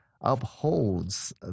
upholds